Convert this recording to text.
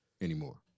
anymore